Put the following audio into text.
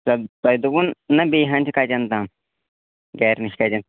تہٕ تۄہہِ دوٚپُن نہ بیٚیہِ ہَن چھِ کَتٮ۪ن تام گَرِ نِش کَتٮ۪ن